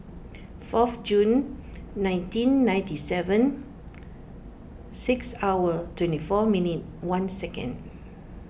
fourth June nineteen ninety seven six hour twenty four minute one second